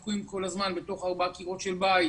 הם תקועים כל הזמן בתוך ארבע קירות של בית,